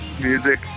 music